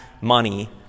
money